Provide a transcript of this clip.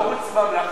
ערוץ ממלכתי.